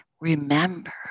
remember